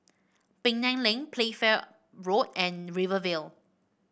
Penang Lane Playfair Road and Rivervale